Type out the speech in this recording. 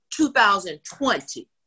2020